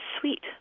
sweet